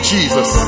Jesus